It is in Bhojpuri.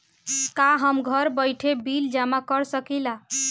का हम घर बइठे बिल जमा कर शकिला?